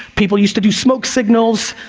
people used to do smoke signals.